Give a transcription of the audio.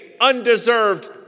undeserved